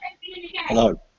Hello